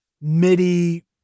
MIDI